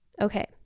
Okay